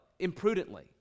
imprudently